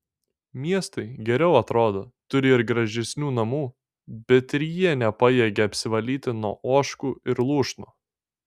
miestai geriau atrodo turi ir gražesnių namų bet ir jie nepajėgia apsivalyti nuo ožkų ir lūšnų